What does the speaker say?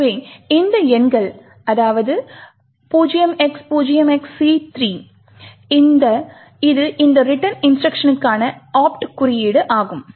எனவே இந்த எண்கள் 0x0XC3 இது இந்த return இன்ஸ்ட்ருக்ஷன்களுக்கான ஒப்ட் குறியீடு ஆகும்